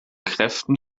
kräften